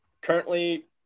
currently